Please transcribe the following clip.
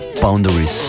Boundaries